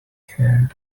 here